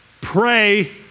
Pray